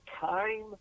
time